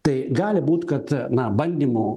tai gali būt kad na bandymų